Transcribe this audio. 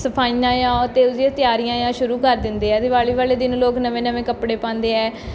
ਸਫਾਈਆਂ ਆ ਉਹ ਦਿਨ ਦੀਆਂ ਤਿਆਰੀਆਂ ਆ ਉਹ ਸ਼ੁਰੂ ਕਰ ਦਿੰਦੇ ਆ ਦੀਵਾਲੀ ਵਾਲੇ ਦਿਨ ਲੋਕ ਨਵੇਂ ਨਵੇਂ ਕੱਪੜੇ ਪਾਉਂਦੇ ਹੈ